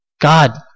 God